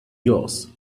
yours